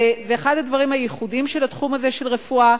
זה אחד הדברים הייחודיים של התחום הזה, של הרפואה.